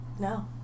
No